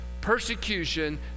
persecution